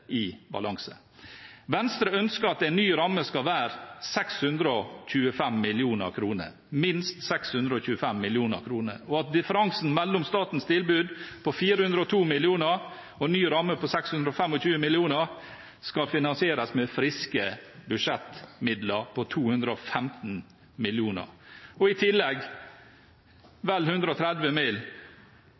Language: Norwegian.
i balanse. Venstre ønsker at en ny ramme skal være 625 mill. kr – minst 625 mill. kr – og at differansen mellom statens tilbud på 410 mill. kr og ny ramme på 625 mill. kr skal finansieres med friske budsjettmidler på 215 mill. kr, og i tillegg vel 130